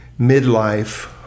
midlife